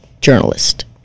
journalist